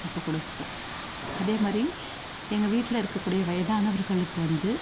அப்போ கொடுப்போம் அதே மாதிரி எங்கள் வீட்டில் இருக்கக்கூடிய வயதானவர்களுக்கு வந்து